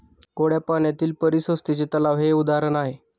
गोड्या पाण्यातील परिसंस्थेचे तलाव हे उदाहरण आहे